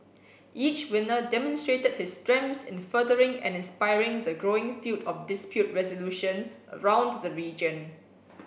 each winner demonstrated his strengths in furthering and inspiring the growing field of dispute resolution around the region